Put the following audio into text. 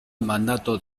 mandato